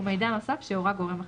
ומידע נוסף שהורה גורם אחראי.